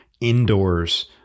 indoors